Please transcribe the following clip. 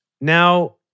Now